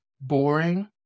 boring